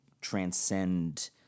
transcend